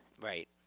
Right